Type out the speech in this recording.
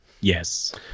Yes